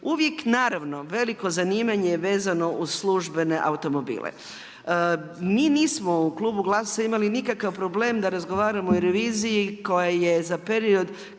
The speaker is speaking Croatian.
Uvijek naravno veliko zanimanje je vezano uz službene automobile. Mi nismo u klubu GLAS-a imali nikakav problem da razgovaramo o reviziji koja je za period